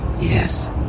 Yes